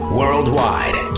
worldwide